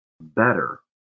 better